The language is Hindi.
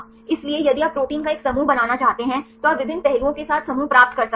इसलिए यदि आप प्रोटीन का एक समूह बनाना चाहते हैं तो आप विभिन्न पहलुओं के साथ समूह प्राप्त कर सकते हैं